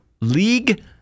league